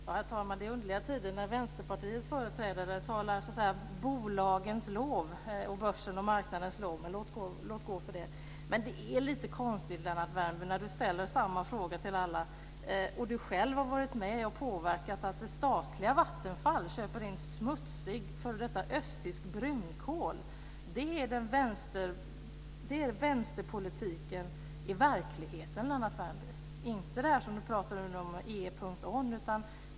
Herr talman! Det är underliga tider när Vänsterpartiets företrädare talar så att säga bolagens lov och börsens och marknadens lov. Men låt gå för det. Men det är lite konstigt när Lennart Värmby ställer samma fråga till alla och han själv har varit med och påverkat att det statliga Vattenfall köper in smutsig f.d. östtysk brunkol. Det är vänsterpolitiken i verkligheten, Lennart Värmby, inte det som han talade om i fråga om E.ON.